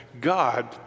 God